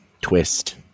Twist